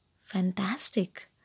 Fantastic